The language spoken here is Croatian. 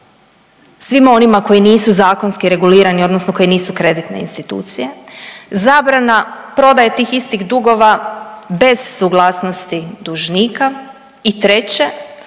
svima onima koji nisu zakonski regulirani, odnosno koji nisu kreditne institucije, zabrana prodaje tih istih dugova bez suglasnosti dužnika i treće,